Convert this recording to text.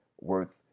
worth